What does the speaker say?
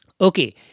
Okay